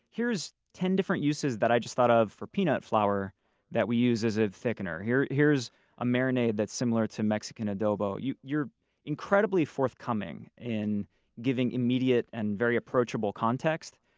here's ten different uses that i just thought of for peanut flour that we use as a thickener. here's a marinade that similar to mexican adobo. you're you're incredibly forthcoming in giving immediate and very approachable context.